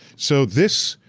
so this.